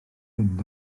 mynd